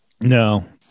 No